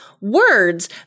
words